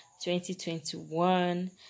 2021